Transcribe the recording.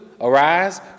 Arise